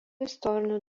istorinių